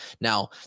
now